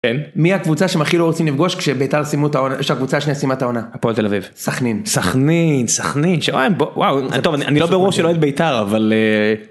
מי הקבוצה שהם הכי לא רוצים לפגוש כשביתר סיימו את העונה שהקבוצה השנייה סיימה את העונה הפועל תל אביב סכנין סכנין סכנין טוב אני לא בראש של אוהד ביתר אבל.